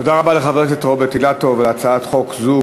תודה רבה לחבר הכנסת רוברט אילטוב על הצעת חוק זו,